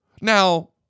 now